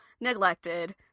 neglected